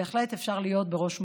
ובהחלט אפשר להיות בראש מורם.